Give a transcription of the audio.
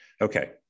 Okay